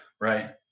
right